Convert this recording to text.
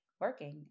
working